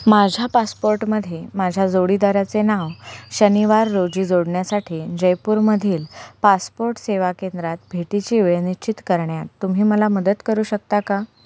माझ्या पासपोर्टमध्ये माझ्या जोडीदाराचे नाव शनिवार रोजी जोडण्यासाठी जयपूरमधील पासपोर्ट सेवा केंद्रात भेटीची वेळ निश्चित करण्यात तुम्ही मला मदत करू शकता का